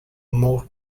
malt